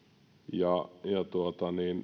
ja